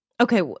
Okay